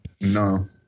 No